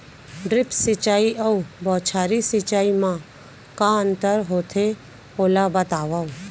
Drip सिंचाई अऊ बौछारी सिंचाई मा का अंतर होथे, ओला बतावव?